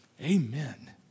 Amen